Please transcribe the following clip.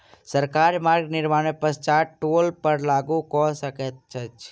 सरकार मार्ग निर्माण के पश्चात टोल कर लागू कय सकैत अछि